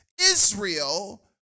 Israel